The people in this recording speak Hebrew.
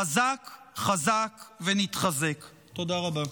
.חזק חזק ונתחזק תודה רבה.